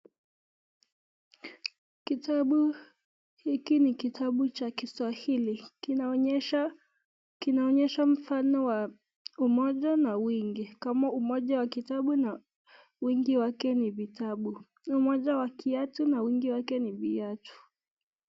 Kitabu hiki ni kitabu cha kiswahili kinaonyesha mfano wa umoja na uwingi kama umoja wa kitabu na wingi wake ni vitabu, umoja wake wa kiatu uwingi wake ni viatu.